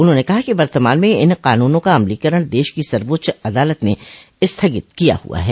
उन्होंने कहा कि वर्तमान में इन कानूनों का अमलीकरण देश की सर्वोच्च अदालत ने स्थगित किया हुआ है